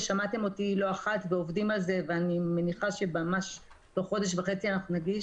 ושמעתם אותי לא אחת ועובדים על זה ואני מניחה שממש תוך חודש וחצי נגיש